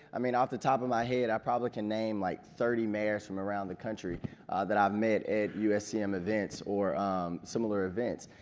i mean off the top of my head, i probably can name like thirty mayors from around the country that i've met at uscm events or similar events,